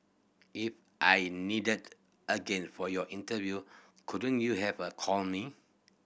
if I'm needed again for your interview couldn't you have a called me